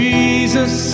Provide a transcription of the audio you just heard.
Jesus